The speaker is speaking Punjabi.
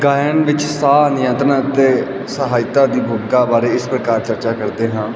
ਗਾਇਨ ਵਿੱਚ ਸਾਹ ਨਿਯੰਤਰਨ ਅਤੇ ਸਹਾਇਤਾ ਦੀ ਭੂਮਿਕਾ ਬਾਰੇ ਇਸ ਪ੍ਰਕਾਰ ਚਰਚਾ ਕਰਦੇ ਹਾਂ